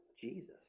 Jesus